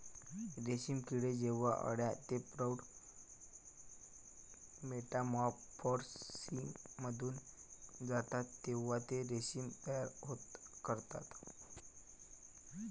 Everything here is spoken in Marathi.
रेशीम किडे जेव्हा अळ्या ते प्रौढ मेटामॉर्फोसिसमधून जातात तेव्हा ते रेशीम तयार करतात